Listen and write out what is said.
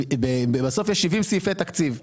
בסוף יש 70 סעיפי תקציב.